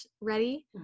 ready